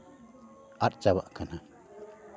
ᱟᱫ ᱪᱟᱵᱟᱜ ᱠᱟᱱᱟ